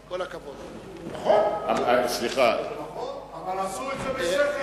אבל עשינו את זה בשכל.